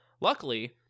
Luckily